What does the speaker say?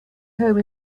home